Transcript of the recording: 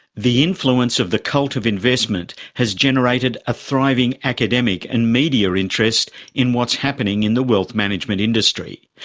the influence of the cult of investment has generated a thriving academic and media interest in what's happening in the wealth management industry.